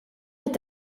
est